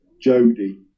Jody